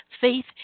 faith